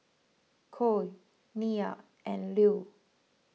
Cole Nyah and Lue